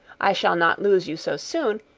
i shall not lose you so soon,